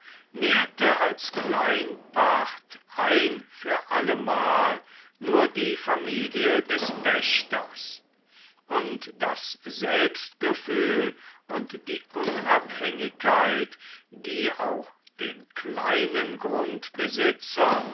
nährte als kleinpacht ein für allemal nur die familie des pächters und das selbstgefühl und die unabhängigkeit die auch den kleinen grundbesitzer